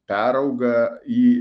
perauga į